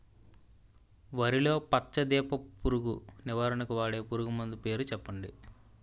వరిలో పచ్చ దీపపు పురుగు నివారణకు వాడే పురుగుమందు పేరు చెప్పండి?